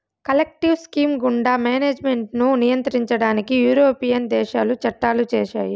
collective scheme గుండా management ను నియంత్రించడానికి యూరోపియన్ దేశాలు చట్టాలు చేశాయి